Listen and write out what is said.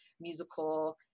musical